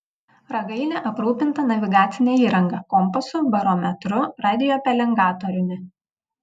ragainė aprūpinta navigacine įranga kompasu barometru radiopelengatoriumi